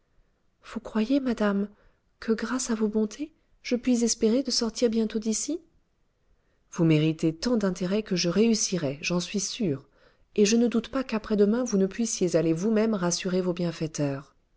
vous croyez madame que grâce à vos bontés je puis espérer de sortir bientôt d'ici vous méritez tant d'intérêt que je réussirai j'en suis sûre et je ne doute pas qu'après-demain vous ne puissiez aller vous-même rassurer vos bienfaiteurs